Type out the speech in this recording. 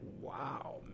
Wow